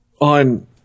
on